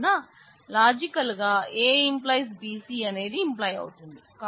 కావున లాజికల్ గా A→ BC అనేది ఇంప్లై అవుతుంది